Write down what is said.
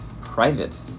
private